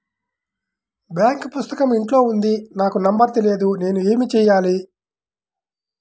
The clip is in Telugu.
బాంక్ పుస్తకం ఇంట్లో ఉంది నాకు నంబర్ తెలియదు నేను ఏమి చెయ్యాలి?